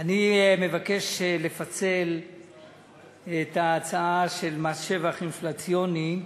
אני מבקש לפצל את ההצעה של מס שבח אינפלציוני,